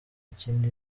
ikindi